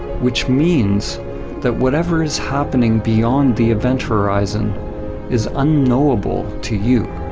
which means that whatever is happening beyond the event horizon is unknowable to you.